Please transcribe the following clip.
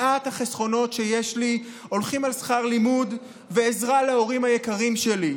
מעט החסכונות שיש לי הולכים על שכר לימוד ועזרה להורים היקרים שלי.